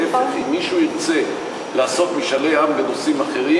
ותסלח לי, חבר הכנסת מצנע,